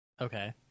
Okay